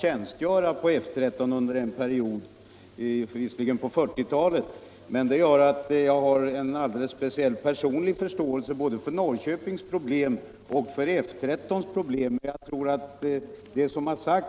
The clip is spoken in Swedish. Det som sagts om bekymren med buller och om de flygoperativa besvärligheterna i Norrköping är jag beredd att understryka med utgångspunkt från min personliga erfarenhet. Nu är jag i detta fall i den lyckliga omständigheten att jag inte behöver försöka spela ut kommuner mot varandra, eftersom vi på moderathåll arbetat med önskemål om högre kostnadsramar. Jag kan därför föreslå att F 11 behålls. Flottiljen behövs i Nyköping.